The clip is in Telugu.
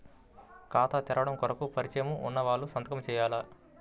ఖాతా తెరవడం కొరకు పరిచయము వున్నవాళ్లు సంతకము చేయాలా?